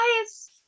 guys